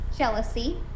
Jealousy